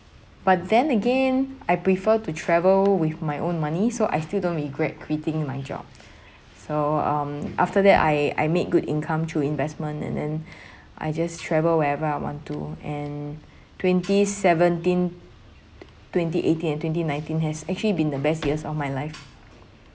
but then again I prefer to travel with my own money so I still don't regret quitting my job so um after that I I make good income through investment and then I just travel wherever I want to and twenty seventeen twenty eighteen and twenty nineteen has actually been the best years of my life